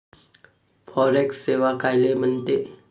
Forex सेवा कायले म्हनते?